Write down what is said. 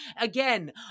Again